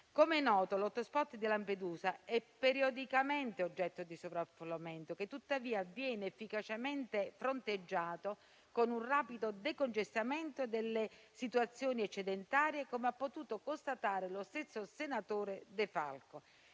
Come noto, l'*hotspot* di Lampedusa è periodicamente oggetto di sovraffollamento, che tuttavia viene efficacemente fronteggiato con un rapido decongestionamento delle situazioni eccedentarie, come ha potuto constatare lo stesso senatore De Falco.